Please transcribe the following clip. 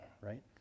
Right